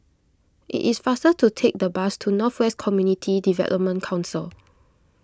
it is faster to take the bus to North West Community Development Council